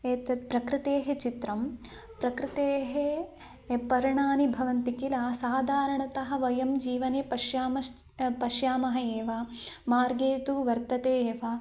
एतत् प्रकृतेः चित्रं प्रकृतेः ये पर्णानि भवन्ति किल साधारणतः वयं जीवने पश्यामः पश्यामः एव मार्गे तु वर्तते एव